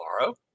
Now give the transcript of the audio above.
tomorrow